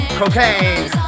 cocaine